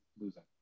losing